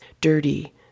dirty